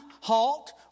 halt